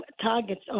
targets